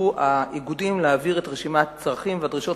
האיגודים התבקשו להעביר את רשימת הצרכים והדרישות